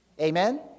Amen